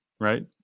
right